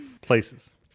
places